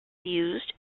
used